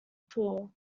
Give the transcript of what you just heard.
tor